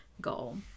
goal